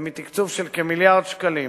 מתקצוב של כמיליארד שקלים